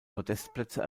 podestplätze